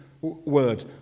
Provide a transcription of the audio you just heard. word